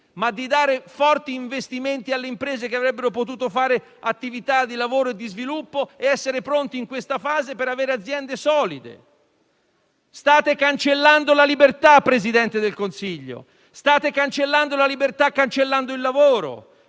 ma di dare forti investimenti alle imprese che avrebbero potuto fare attività di lavoro e di sviluppo ed essere pronti in questa fase per avere aziende solide. State cancellando la libertà, signor Presidente del Consiglio; state cancellando la libertà cancellando il lavoro.